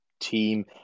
team